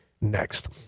next